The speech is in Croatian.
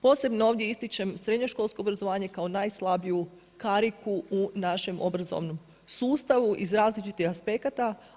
Posebno ovdje ističem srednjoškolsko obrazovanje kao najslabiju kariku u našem obrazovnom sustavu iz različitih aspekta.